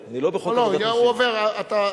בעד, אין מתנגדים, אין נמנעים.